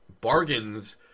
bargains